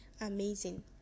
amazing